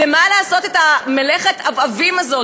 למה לעשות את מלאכת העוועים הזאת?